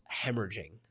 hemorrhaging